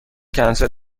کنسل